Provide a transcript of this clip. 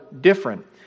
different